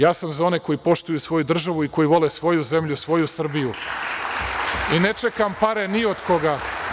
Ja sam za one koji poštuju svoju državu i koji vole svoju zemlju i svoju Srbiju i ne čekam pare ni od koga.